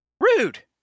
Rude